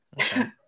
Okay